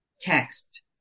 text